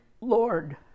Lord